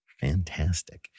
Fantastic